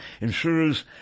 insurers